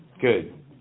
good